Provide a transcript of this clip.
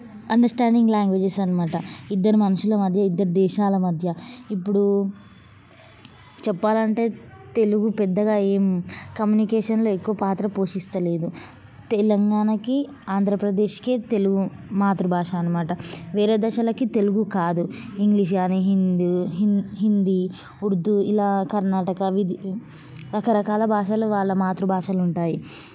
understanding languages అన్నమాట ఇద్దరు మనుషుల మధ్య ఇద్దరి దేశాల మధ్య ఇప్పుడు చెప్పాలంటే తెలుగు పెద్దగా ఏం కమ్యూనికేషన్లో ఎక్కువ పాత్ర పోషిస్టలేదు తెలంగాణకి ఆంధ్రప్రదేశ్కి తెలుగు మాతృభాష అన్నమాట వేరే దేశాలకి తెలుగు కాదు ఇంగ్లీష్ కానీ హిందూ హిందీ ఉర్దూ ఇలా కర్ణాటక రకరకాల భాషలు వాళ్ళ మాతృభాషలు ఉంటాయి